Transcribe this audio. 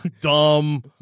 dumb